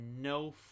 no